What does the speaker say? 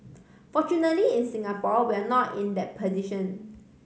fortunately in Singapore we are not in that position